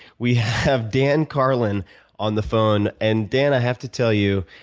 we have dan carlin on the phone. and dan, i have to tell you,